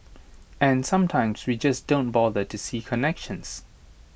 and sometimes we just don't bother to see connections